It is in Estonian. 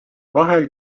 vahel